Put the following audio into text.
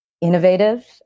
innovative